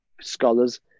scholars